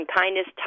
kindness